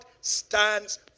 stands